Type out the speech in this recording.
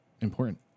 important